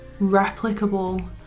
replicable